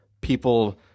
people